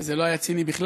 וזה לא היה ציני בכלל,